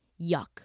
Yuck